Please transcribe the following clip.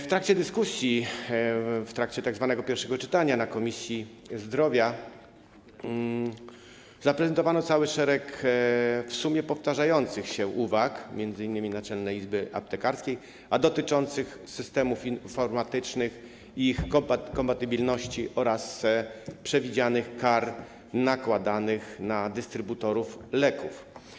W trakcie dyskusji, w trakcie pierwszego czytania na posiedzeniu Komisji Zdrowia zaprezentowano cały szereg w sumie powtarzających się uwag, m.in. uwag Naczelnej Izby Aptekarskiej, dotyczących systemów informatycznych i ich kompatybilności oraz przewidzianych kar nakładanych na dystrybutorów leków.